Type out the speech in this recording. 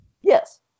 Yes